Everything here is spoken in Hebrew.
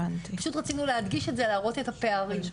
פשוט רצינו להדגיש את זה, להראות את הפערים.